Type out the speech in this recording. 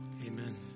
Amen